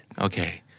Okay